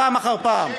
פעם אחר פעם.